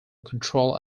control